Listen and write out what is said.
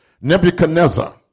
Nebuchadnezzar